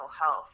health